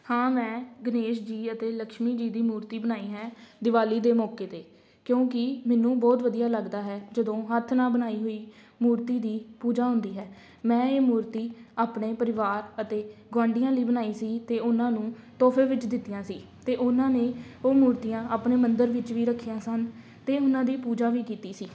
ਹਾਂ ਮੈਂ ਗਣੇਸ਼ ਜੀ ਅਤੇ ਲਕਸ਼ਮੀ ਜੀ ਦੀ ਮੂਰਤੀ ਬਣਾਈ ਹੈ ਦਿਵਾਲੀ ਦੇ ਮੌਕੇ 'ਤੇ ਕਿਉਂਕਿ ਮੈਨੂੰ ਬਹੁਤ ਵਧੀਆ ਲੱਗਦਾ ਹੈ ਜਦੋਂ ਹੱਥ ਨਾਲ ਬਣਾਈ ਹੋਈ ਮੂਰਤੀ ਦੀ ਪੂਜਾ ਹੁੰਦੀ ਹੈ ਮੈਂ ਇਹ ਮੂਰਤੀ ਆਪਣੇ ਪਰਿਵਾਰ ਅਤੇ ਗੁਆਂਡੀਆਂ ਲਈ ਬਣਾਈ ਸੀ ਅਤੇ ਉਹਨਾਂ ਨੂੰ ਤੋਹਫੇ ਵਿੱਚ ਦਿੱਤੀਆਂ ਸੀ ਅਤੇ ਉਹਨਾਂ ਨੇ ਉਹ ਮੂਰਤੀਆਂ ਆਪਣੇ ਮੰਦਰ ਵਿੱਚ ਵੀ ਰੱਖੀਆਂ ਸਨ ਅਤੇ ਉਹਨਾਂ ਦੀ ਪੂਜਾ ਵੀ ਕੀਤੀ ਸੀ